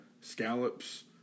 Scallops